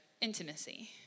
intimacy